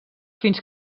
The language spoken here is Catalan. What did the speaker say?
fins